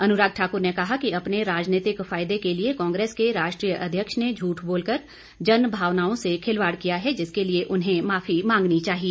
अनुराग ठाकुर ने कहा कि अपने राजनीतिक फायदे के लिए कांग्रेस के राष्ट्रीय अध्यक्ष ने झूठ बोलकर जनभावनाओं से खिलवाड़ किया है जिसके लिए उन्हें माफी मांगनी चाहिए